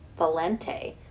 Valente